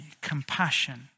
compassion